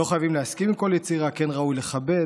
לא חייבים להסכים עם כל יצירה, כן ראוי לכבד.